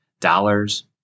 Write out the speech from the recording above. Dollars